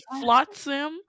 Flotsam